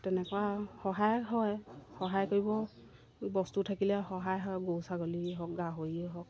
তেনেকুৱা সহায় হয় সহায় কৰিব বস্তু থাকিলে সহায় হয় গৰু ছাগলীয়ে হওক গাহৰিয়ে হওক